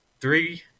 three